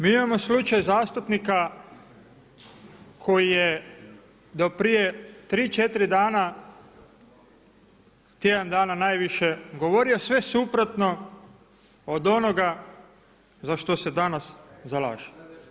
Mi imamo slučaj zastupnika koji je do prije tri, četiri dana, tjedan dana najviše, govorio sve suprotno od onoga za što se danas zalaže.